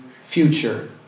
future